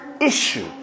issue